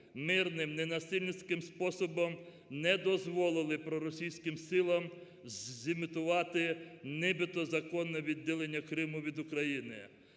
мирним, ненасильницьким способом не дозволили проросійським силам зімітувати нібито законне відділення Криму від України.